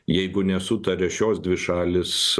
jeigu nesutaria šios dvi šalys